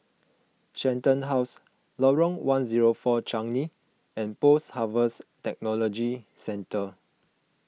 Shenton House Lorong one zero four Changi and Post Harvest Technology Centre